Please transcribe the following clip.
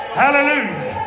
hallelujah